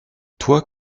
toi